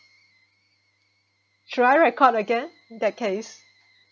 should I record again in that case